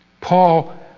Paul